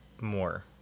more